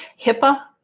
HIPAA